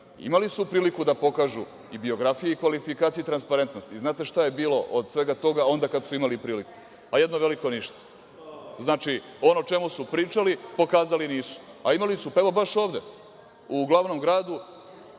imali su priliku da pokažu i biografije i kvalifikacije i transparentnost i da li znate šta je bilo od svega toga onda kada su imali priliku? Pa jedno veliko ništa. Znači, ono o čemu su pričali pokazali nisu, a imali su evo baš ovde, u glavnom gradu,